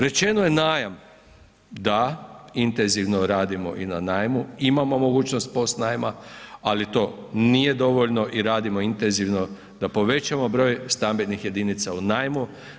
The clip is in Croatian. Rečeno je najam, da, intenzivno radimo i na najmu, imamo mogućnost POS najma, ali to nije dovoljno i radimo intenzivno da povećamo broj stambenih jedinica u najmu.